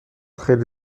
خیلی